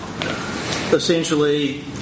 essentially